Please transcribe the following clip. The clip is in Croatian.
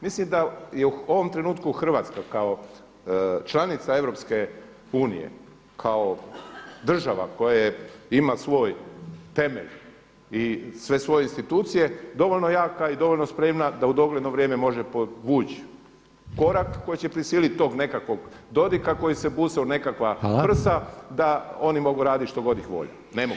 Mislim da je u ovom trenutku Hrvatska kao članica EU, kao država koja ima svoj temelj i sve svoje institucije dovoljno jaka i dovoljno spremna da u dogledno vrijeme može povući korak koji će prisiliti tog nekakvog Dodiga koji se buse u nekakva prsa da oni mogu raditi što god ih je volja, ne mogu.